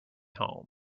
home